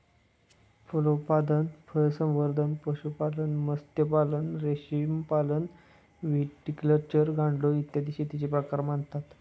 फलोत्पादन, फळसंवर्धन, पशुपालन, मत्स्यपालन, रेशीमपालन, व्हिटिकल्चर, गांडूळ, इत्यादी शेतीचे प्रकार मानतात